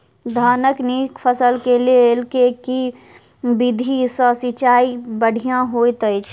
धानक नीक फसल केँ लेल केँ विधि सँ सिंचाई बढ़िया होइत अछि?